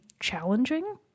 challenging